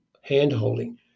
hand-holding